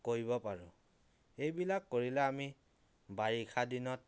কৰিব পাৰোঁ এইবিলাক কৰিলে আমি বাৰিষা দিনত